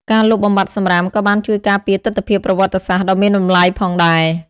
ការលុបបំបាត់សំរាមក៏បានជួយការពារទិដ្ឋភាពប្រវត្តិសាស្ត្រដ៏មានតម្លៃផងដែរ។